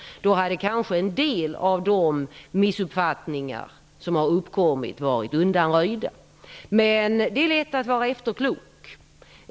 Då hade kanske en del av de missuppfattningar som har uppkommit varit undanröjda. Men det är lätt att vara efterklok.